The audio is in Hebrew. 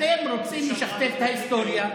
אתם רוצים לשכתב את ההיסטוריה.